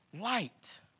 light